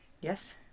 Yes